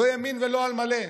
לא ימין ולא על מלא.